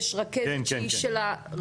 יש רכזת שהיא של הרשות?